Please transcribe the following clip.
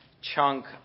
chunk